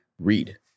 read